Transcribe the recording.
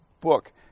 book